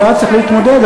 עם תופעה צריך להתמודד,